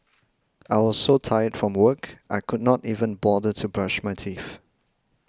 I was so tired from work I could not even bother to brush my teeth